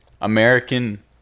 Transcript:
American